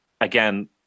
again